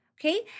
okay